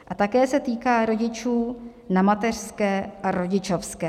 A také se týká rodičů na mateřské a rodičovské.